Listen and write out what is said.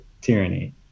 tyranny